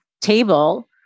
table